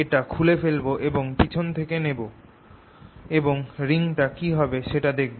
এটা খুলে ফেলব এবং পিছন থেকে নেব এবং রিডিংটা কি হবে সেটা দেখব